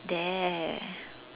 dare